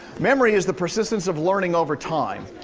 memory is the persistence of learning over time.